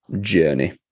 journey